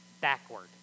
backward